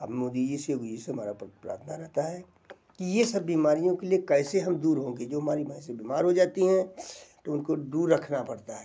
अब मोदी जी से योगी जी से हमारा प्रार्थना रहता है कि ये सब बीमारियों के लिए कैसे हम दूर होंगे जो हमारी भैंसे बीमार हो जाती हैं तो उनको दूर रखना पड़ता है